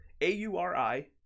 A-U-R-I